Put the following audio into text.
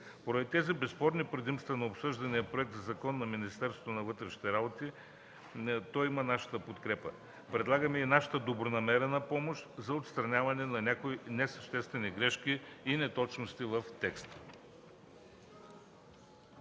Поради тези безспорни предимства на обсъждания Законопроект за Министерството на вътрешните работи той има нашата подкрепа. Предлагаме и нашата добронамерена помощ за отстраняване на някои несъществени грешки и неточности в текста.